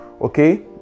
okay